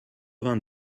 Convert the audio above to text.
vingt